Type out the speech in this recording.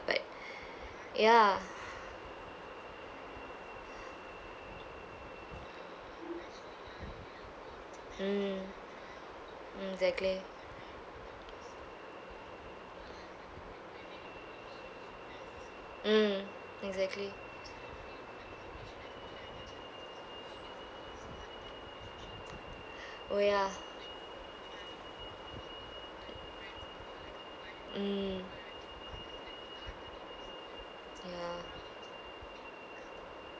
but ya mm mm exactly mm exactly oh ya mm ya